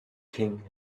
king